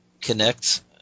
connect